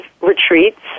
retreats